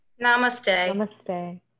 Namaste